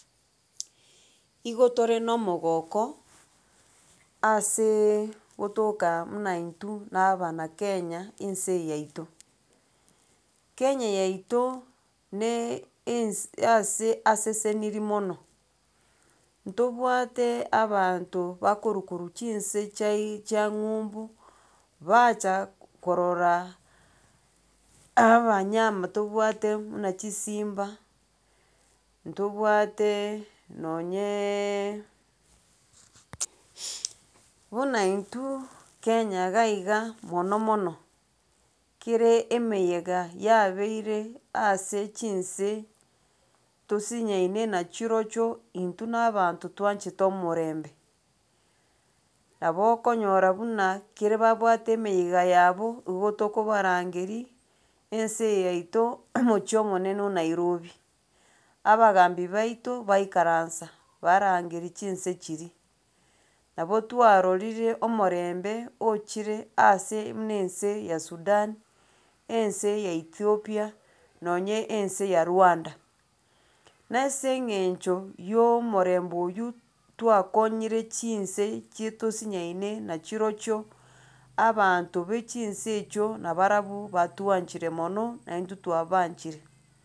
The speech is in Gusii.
Igo tore na omogoko, aseeee gotoka muna intwe na abanakenya ense eye yaito, Kenya yaito na ense ase asesenirie mono, ntobwate abanto bakorwa korwa chinse chai chia ng'umbu bacha korora abanyama tobwate buna chisimba, ntobwate nonyeeee buna intwe kenya iga iga mono mono, kere emeyega yabeire ase chinse tosinyaine na chirochio intwe na abanto toanchete omorembe. Nabo okonyora buna kere babwate emeyega yabo igo tokobarangeria ense eye yaito omochie omonene o nairobi. Abangambi baito baikaransa barangeri chinse chiria, nabo twarorire omorembe ochire ase muna ense ya sudan, ense ya ethiopia nonye ense ya rwanda. Na ase eng'encho ya omorembe oywo twakonyire chinse chitosinyaine nachirochio abanto ba chinse echio nabarabwo batwanchire mono na intwe twabaanchire.